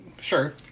sure